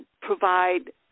provide